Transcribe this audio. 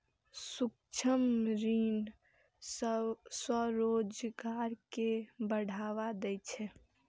सूक्ष्म ऋण स्वरोजगार कें बढ़ावा दै छै